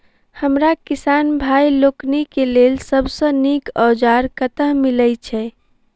हमरा किसान भाई लोकनि केँ लेल सबसँ नीक औजार कतह मिलै छै?